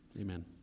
Amen